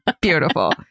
beautiful